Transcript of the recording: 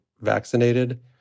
vaccinated